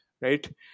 right